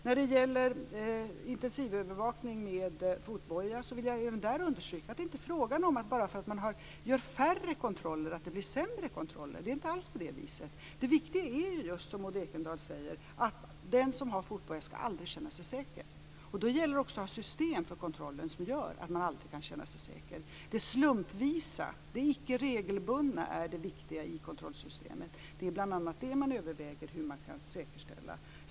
När det gäller intensivövervakning med fotboja vill jag även där understryka att det inte är fråga om att bara för att man gör färre kontroller blir det sämre kontroller. Det är inte alls på det viset. Det viktiga är just, som Maud Ekendahl säger, att den som har fotboja aldrig ska känna sig säker. Då gäller det också att ha system för kontrollen som gör att man aldrig kan känna sig säker. Det slumpvisa, det icke regelbundna, är det viktiga i kontrollsystemet. Det är bl.a. det man överväger hur man kan säkerställa.